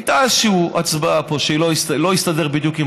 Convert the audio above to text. הייתה איזו הצבעה פה שלא הסתדר בדיוק עם